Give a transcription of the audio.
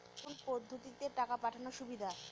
কোন পদ্ধতিতে টাকা পাঠানো সুবিধা?